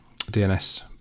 DNS